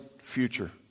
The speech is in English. future